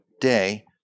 day